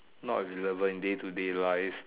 not visible in day to day life